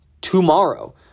tomorrow